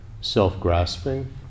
self-grasping